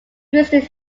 boosted